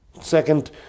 Second